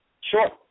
Sure